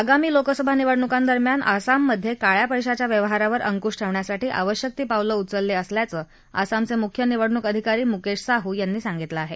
आगामी लोकसभा निवडणुकांदरम्यान आसाममधे काळ्या पैशांच्या व्यवहारावर अंकुश ठेवण्यासाठी आवश्यक ती पावल उचलली असल्याचं आसामचे मुख्य निवडणूक अधिकारी मुकेश साहू यांनी सांगितलं आहे